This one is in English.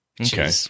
Okay